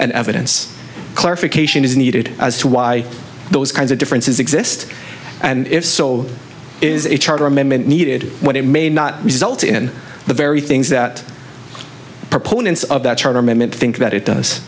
and evidence clarification is needed as to why those kinds of differences exist and if so is a charter amendment needed when it may not result in the very things that proponents of that charter meant think that it does